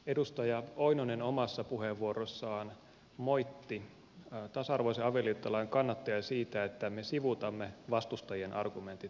edustaja oinonen omassa puheenvuorossaan moitti tasa arvoisen avioliittolain kannattajia siitä että me sivuutamme vastustajien argumentit täysin